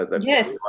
Yes